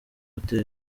hotel